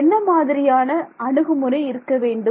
என்ன மாதிரியான அணுகுமுறை இருக்க வேண்டும்